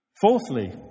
Fourthly